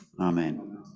Amen